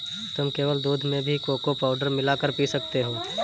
तुम केवल दूध में भी कोको पाउडर मिला कर पी सकते हो